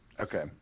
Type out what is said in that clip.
Okay